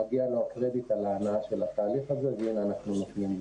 אז מגיע לו הקרדיט על ההנעה של התהליך הזה והנה אנחנו נותנים לו.